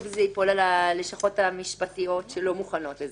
על הלשכות המשפטיות שלא מוכנות לזה.